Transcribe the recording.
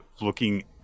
looking